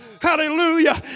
Hallelujah